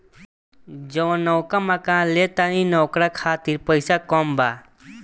जवन नवका मकान ले तानी न ओकरा खातिर पइसा कम पड़त बा